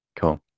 cool